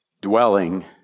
Dwelling